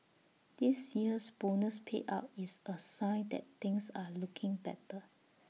this year's bonus payout is A sign that things are looking better